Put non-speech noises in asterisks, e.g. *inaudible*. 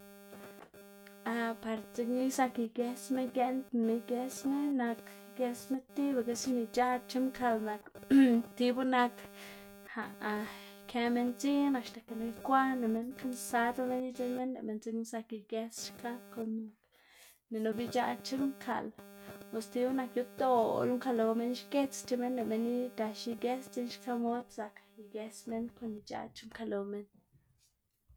*noise* *hesitation* par dzekna zak igesma gie'ndnama igesma nak igesma tibaga sin ic̲h̲aꞌdc̲h̲a mkaꞌl mak *noise* tibu nak *hesitation* ikë minn dziꞌn axta ke no ikwaꞌnna minn kansadla minn idzinn minn lëꞌ minn dzekna zak iges kon ninup ic̲h̲aꞌc̲h̲a mkaꞌl o stibu nak yudoꞌla mkaꞌl lo minn xkedzc̲h̲a minn lëꞌ minn gax iges, dzekna xka mod zak iges minn kon ic̲h̲aꞌdc̲h̲a mkaꞌl lo minn.